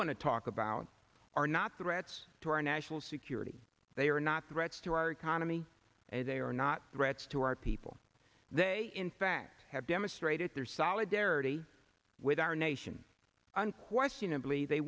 to talk about are not threats to our national security they are not threats to our economy and they are not threats to our people they in fact have demonstrated their solidarity with our nation unquestionably they